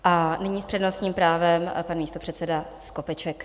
A nyní s přednostním právem pan místopředseda Skopeček.